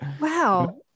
Wow